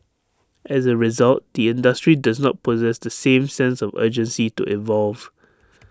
as A result the industry does not possess the same sense of urgency to evolve